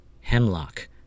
Hemlock